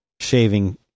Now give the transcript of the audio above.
shaving